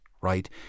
right